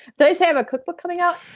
but i say i have a cookbook coming out?